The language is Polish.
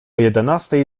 jedenastej